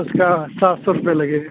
उसका सात सौ रुपया लगेगा